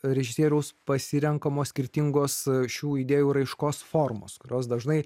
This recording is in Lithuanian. režisieriaus pasirenkamos skirtingos šių idėjų raiškos formos kurios dažnai